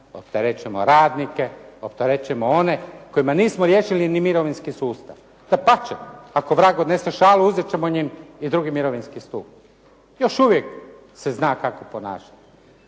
opterećujemo radnike, opterećujemo one kojima nismo riješili ni mirovinski sustav. Dapače, ako vrag odnese šalu, uzet ćemo im i drugi mirovinski stup. Još uvije se zna kako ponašati.